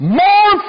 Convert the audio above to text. more